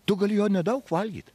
tu gali jo nedaug valgyt